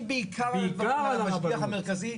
והביאו את זה לכאן,